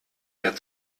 der